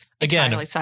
Again